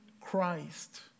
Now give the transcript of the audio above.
Christ